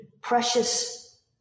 precious